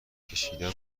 کشیدن